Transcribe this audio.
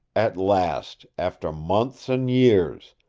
at last, after months and years,